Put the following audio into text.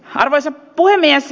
arvoisa puhemies